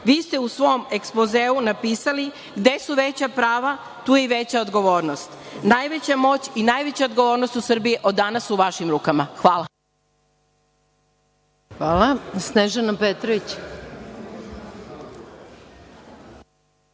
Vi ste u svom ekspozeu napisali - gde su veća prava, tu je i veća odgovornost. Najveća moć i najveća odgovornost u Srbiji od danas su u vašim rukama. Hvala. **Maja Gojković**